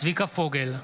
אינו נוכח צביקה פוגל,